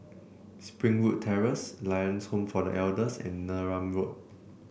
Springwood Terrace Lions Home for The Elders and Neram Road